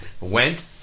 Went